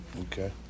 Okay